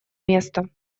место